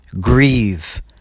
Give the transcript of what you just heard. grieve